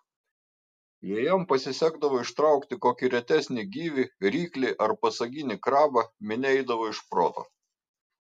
jei jam pasisekdavo ištraukti kokį retesnį gyvį ryklį ar pasaginį krabą minia eidavo iš proto